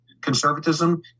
conservatism